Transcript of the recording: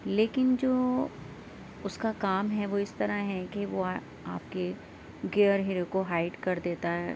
لیکن جو اس کا کام ہے وہ اس طرح ہے کہ وہ آپ کے گیئر ہیئر کو ہائڈ کر دیتا ہے